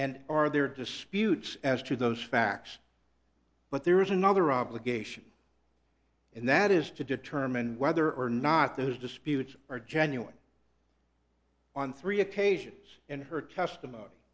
and are there disputes as to those facts but there is another obligation and that is to determine whether or not those disputes are genuine on three occasions in her testimony